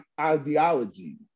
ideology